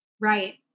Right